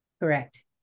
correct